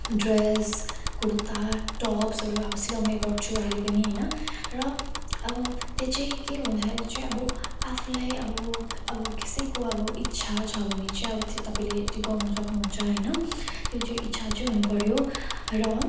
dress kurta टप्सहरू अब सिलाउने गर्छु अहिले पनि होइन र अब त्यो चाहिँ के हुँदाखेरि चाहिँ अब आफूलाई अब अब कसैको अब इच्छा छ भने चाहिँ अब तपाईँले चाहिँ गर्नु सक्नु हुन्छ होइन त्यो चाहिँ इच्छा चाहिँ हुनु पऱ्यो र